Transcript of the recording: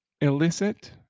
illicit